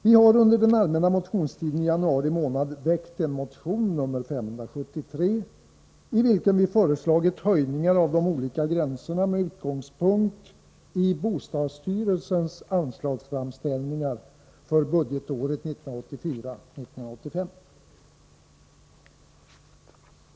Vi har under den allmänna motionstideni januari månad väckt motion nr 573, i vilken vi föreslagit höjningar av de olika gränserna med utgångspunkt i bostadsstyrelsens anslagsframställningar för budgetåret 1984/85.